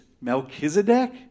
Melchizedek